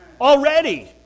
already